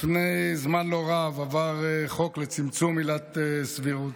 לפני זמן לא רב עבר חוק לצמצום עילת סבירות.